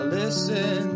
listen